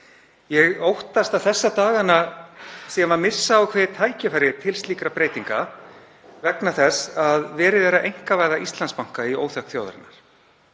Ég óttast að þessa dagana séum við að missa ákveðið tækifæri til slíkra breytinga vegna þess að verið er að einkavæða Íslandsbanka í óþökk þjóðarinnar.